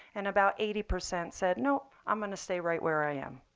and about eighty percent said, no, i'm going to stay right where i am.